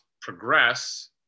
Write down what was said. progress